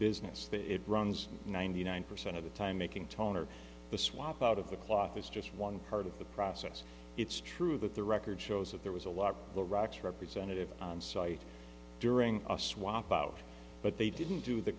business that it runs ninety nine percent of the time making toner the swap out of the cloth is just one part of the process it's true that the record shows that there was a lot of the rocks representative on site during a swap out but they didn't do the